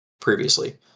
previously